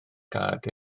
gad